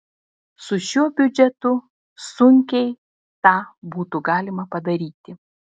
su šiuo biudžetu sunkiai tą būtų galima padaryti